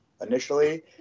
initially